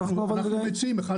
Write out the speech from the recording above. אנחנו מציעים --- א',